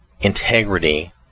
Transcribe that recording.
integrity